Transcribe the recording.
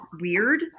Weird